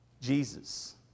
Jesus